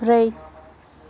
ब्रै